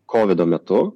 kovido metu